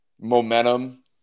momentum